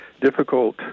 difficult